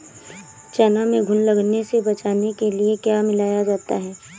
चना में घुन लगने से बचाने के लिए क्या मिलाया जाता है?